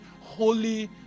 holy